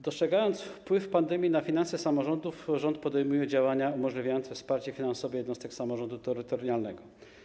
Dostrzegając wpływ pandemii na finanse samorządów, rząd podejmuje działania umożliwiające wsparcie finansowe jednostek samorządu terytorialnego.